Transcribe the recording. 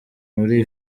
muri